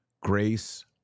grace